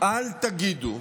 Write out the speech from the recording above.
אל תגידו: